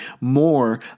more